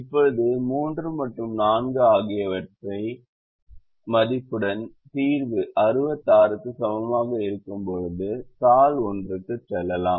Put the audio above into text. இப்போது 3 மற்றும் 4 ஆகியவை மதிப்புடன் தீர்வு 66 க்கு சமமாக இருக்கும்போது தாள் 1 க்கு செல்லலாம்